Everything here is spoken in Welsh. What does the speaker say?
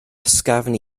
ysgafn